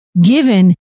Given